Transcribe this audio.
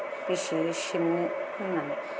बेसे सिबनो होन्नानै